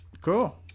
Cool